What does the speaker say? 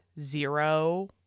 zero